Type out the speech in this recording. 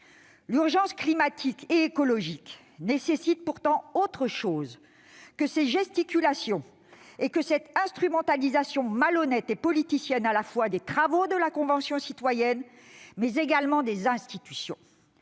L'urgence climatique et écologique nécessite pourtant autre chose que ces gesticulations et cette instrumentalisation malhonnête et politicienne non seulement des travaux de la Convention citoyenne, mais également des institutions.